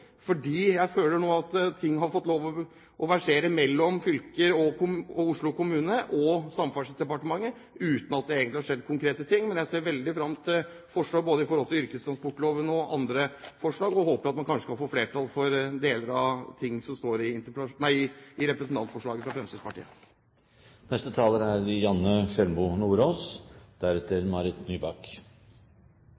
Oslo kommune og Samferdselsdepartementet uten at det egentlig har skjedd konkrete ting. Jeg ser veldig fram både til forslag i forhold til yrkestransportloven og andre forslag og håper at man kanskje kan få flertall for deler av det som står i representantforslaget fra Fremskrittspartiet. Taxinæringen har svært forskjellige utfordringer, alt etter hvor vi er hen i landet. Oslo-utfordringen, som interpellanten tar opp, og som er